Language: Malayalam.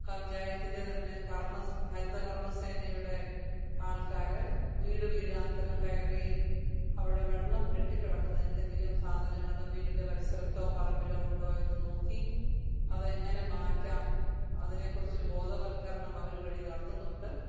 പഞ്ചായത്തിൻ്റെ തന്നെ കർമ്മ ഹരിത കർമ്മ സേനയുടെ ആൾക്കാർ വീട് വീടാന്തരം കയറി അവിടെ വെള്ളം കെട്ടിക്കിടക്കുന്ന എന്തെങ്കിലും സാധനങ്ങൾ വീടിൻ്റെ പരിസരത്തോ പറമ്പിലോ ഉണ്ടോ എന്ന് നോക്കി അതെങ്ങനെ മാറ്റാം അതിനെക്കുറിച്ച് ഒരു ബോധവൽക്കരണം അവരു വഴി നടത്തുന്നുണ്ട്